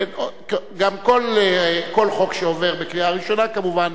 כן, גם כל חוק שעובר בקריאה ראשונה כמובן,